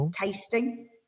Tasting